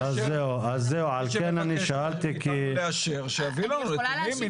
שיביא לנו נתונים.